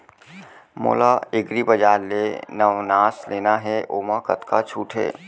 मोला एग्रीबजार ले नवनास लेना हे ओमा कतका छूट हे?